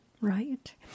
right